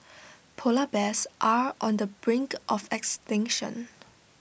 Polar Bears are on the brink of extinction